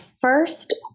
first